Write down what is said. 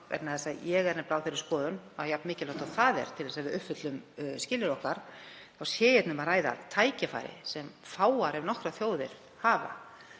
að leggja. Ég er á þeirri skoðun, jafn mikilvægt og það er til þess að við uppfyllum skilyrði okkar, þá sé hérna um að ræða tækifæri sem fáar ef nokkrar þjóðir hafa